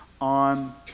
on